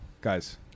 guys